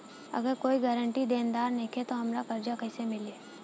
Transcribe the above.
अगर कोई गारंटी देनदार नईखे त हमरा कर्जा कैसे मिली?